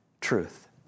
truth